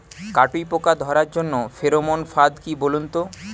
কাটুই পোকা ধরার জন্য ফেরোমন ফাদ কি বলুন তো?